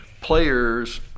players